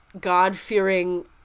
God-fearing